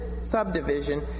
subdivision